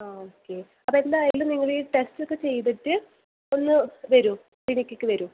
ആ ഓക്കെ അപ്പോൾ എന്തായാലും നിങ്ങൾ ഈ ടെസ്റ്റ് ഒക്കെ ചെയ്തിട്ട് ഒന്ന് വരൂ ക്ലിനിക്കിലേക്ക് വരൂ